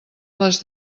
les